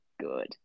good